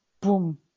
boom